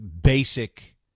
basic